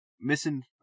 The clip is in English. missing